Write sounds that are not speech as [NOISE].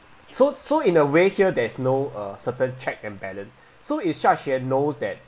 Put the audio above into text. so so in a way here there's no uh certain check and balance [BREATH] so if xiaxue knows that